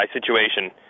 situation